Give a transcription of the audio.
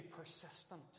persistent